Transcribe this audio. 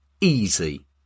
EASY